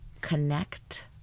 connect